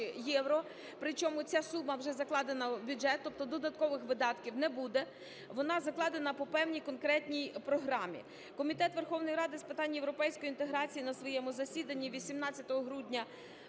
євро, причому ця сума вже закладена в бюджет, тобто додаткових видатків не буде, вона закладена по певній конкретній програмі. Комітет Верховної Ради з питань європейської інтеграції на своєму засіданні 18 грудня